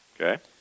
Okay